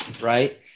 right